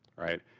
right,